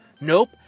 Nope